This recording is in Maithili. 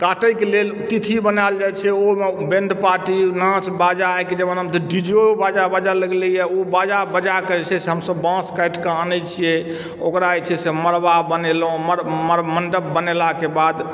काटैके लेल तिथि बनायल जाइत छै ओहिमे बैंड पार्टी नाच बाजा आइके जमानामे डीजेओ बाजा बाजय लगलैए ओ बाजा बजा कऽ जे छै से हमसभ बाँस काटि कऽ आनैत छियै ओकरा जे छै से मड़बा बनेलहुँ मड़ मड़बा मण्डप बनेलाके बाद